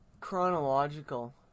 chronological